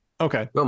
okay